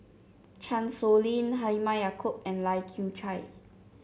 Chan Sow Lin Halimah Yacob and Lai Kew Chai